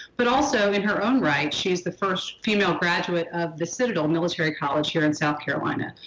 but also in her own right she's the first female graduate of the citadel military college here in south carolina.